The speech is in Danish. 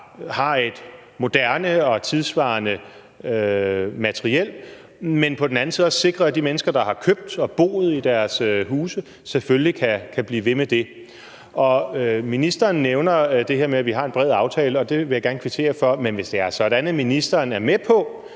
har et moderne og tidssvarende materiel, men på den anden side også at sikre, at de mennesker, der har købt og boet i deres huse, selvfølgelig kan blive ved med det. Ministeren nævner det her med, at vi har en bred aftale, og det vil jeg gerne kvittere for, men hvis det er sådan, at ministeren er med på,